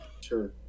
Sure